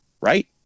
Right